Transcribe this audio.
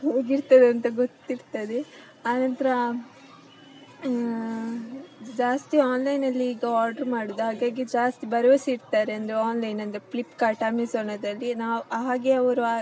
ಹೋಗಿರ್ತೇವೆ ಅಂತ ಗೊತ್ತಿರ್ತದೆ ಆನಂತರ ಜಾಸ್ತಿ ಆನ್ಲೈನಲ್ಲಿ ಈಗ ಆಡ್ರ್ ಮಾಡೋದು ಹಾಗಾಗಿ ಜಾಸ್ತಿ ಭರವಸೆ ಇಡ್ತಾರೆ ಅಂದರೆ ಆನ್ಲೈನ್ ಅಂದರೆ ಫ್ಲಿಪ್ ಕಾರ್ಟ್ ಅಮೆಝಾನ್ ಅದರಲ್ಲಿ ನಾವು ಹಾಗೆ ಅವರು